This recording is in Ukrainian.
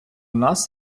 нас